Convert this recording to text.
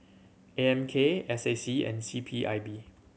A M K S A C and C P I B